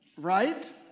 right